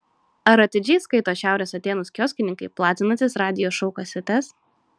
ar atidžiai skaito šiaurės atėnus kioskininkai platinantys radijo šou kasetes